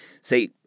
say